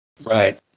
Right